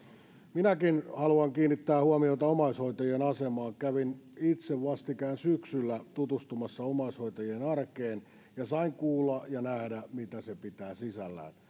minäkin haluan kiinnittää huomiota omaishoitajien asemaan kävin itse vastikään syksyllä tutustumassa omaishoitajien arkeen ja sain kuulla ja nähdä mitä se pitää sisällään